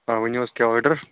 آ ؤنو حظ کیٛاہ آرڈَر